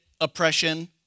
oppression